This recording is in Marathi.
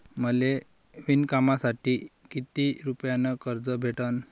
मले विणकामासाठी किती रुपयानं कर्ज भेटन?